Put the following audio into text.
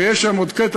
ויש שם עוד קטע,